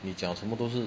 讲什么都是